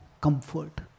comfort